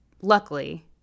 luckily